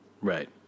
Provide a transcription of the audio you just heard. Right